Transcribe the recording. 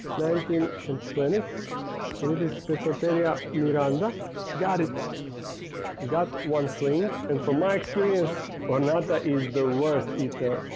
nineteen and twenty and it is fit so tarea me rhonda got it got one sling and from my experience or not that is the worst eater,